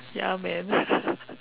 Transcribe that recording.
ya man